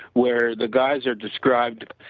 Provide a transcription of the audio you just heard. where the guys are described